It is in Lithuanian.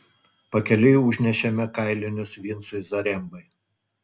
pakeliui užnešėme kailinius vincui zarembai